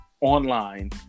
online